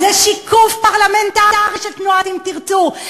היא שיקוף פרלמנטרי של תנועת "אם תרצו",